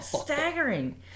staggering